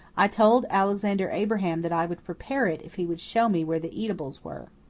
i told alexander abraham that i would prepare it, if he would show me where the eatables were.